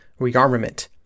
Rearmament